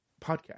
podcast